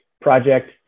project